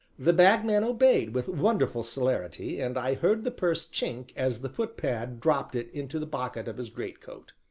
the bagman obeyed with wonderful celerity, and i heard the purse chink as the footpad dropped it into the pocket of his greatcoat.